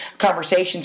conversations